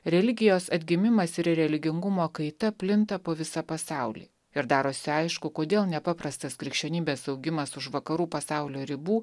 religijos atgimimas ir religingumo kaita plinta po visą pasaulį ir darosi aišku kodėl nepaprastas krikščionybės augimas už vakarų pasaulio ribų